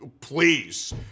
please